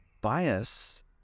bias